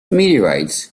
meteorites